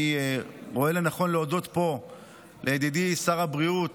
אני רואה לנכון להודות פה לידידי שר הבריאות